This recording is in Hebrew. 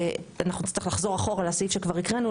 ואנחנו נצטרך לחזור אחורה לסעיף שכבר הקראנו,